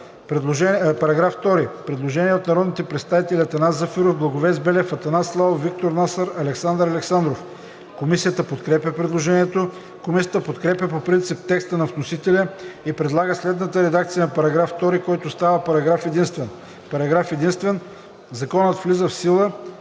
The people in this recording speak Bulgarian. По § 2 има предложение от народните представители Атанас Зафиров, Благовест Белев, Атанас Славов, Виктор Насър, Александър Александров. Комисията подкрепя предложението. Комисията подкрепя по принцип текста на вносителя и предлага следната редакция на § 2, който става параграф единствен: „Параграф единствен. Законът влиза в сила